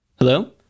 Hello